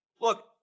look